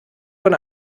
von